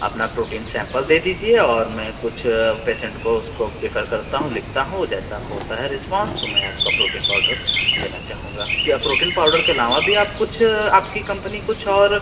अपना protein sample दे दीजिए और मैं कुछ पैसेंट को उसको प्रीफ़र करता हूँ लिखता हूँ जैसा होता है रिस्पोंस तो मैं आपका प्रोटीन पाउडर लेना चाहूँगा क्या प्रोटीन पाउडर के अलावा भी आप कुछ आपकी कम्पनी कुछ और